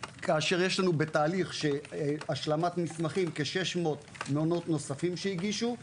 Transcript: כאשר יש לנו בתהליך של השלמת מסמכים כ-600 מעונות נוספים שהגישו,